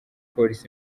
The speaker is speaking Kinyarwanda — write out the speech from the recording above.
polisi